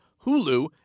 Hulu